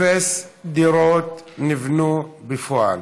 אפס דירות נבנו בפועל,